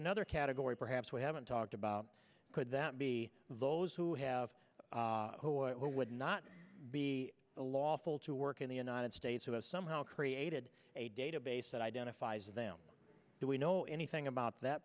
another category perhaps we haven't talked about could that be those who have who would not be a lawful to work in the united states who have somehow created a database that identifies them that we know anything about that